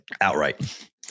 Outright